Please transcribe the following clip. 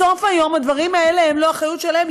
בסוף היום הדברים האלה הם לא אחריות שלהם.